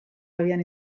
abian